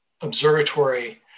observatory